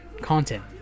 Content